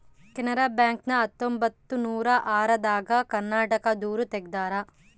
Canara bank ನ ಹತ್ತೊಂಬತ್ತನೂರ ಆರ ದಾಗ ಕರ್ನಾಟಕ ದೂರು ತೆಗ್ದಾರ